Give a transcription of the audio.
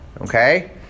Okay